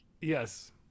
Yes